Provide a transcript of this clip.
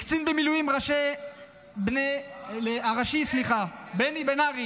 לקצין מילואים ראשי בני בן ארי,